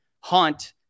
haunt